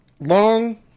long